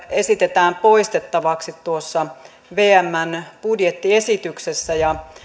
esitetään poistettavaksi tuossa vmn budjettiesityksessä